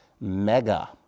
mega